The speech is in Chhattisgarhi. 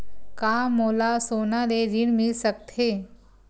का मोला सोना ले ऋण मिल सकथे?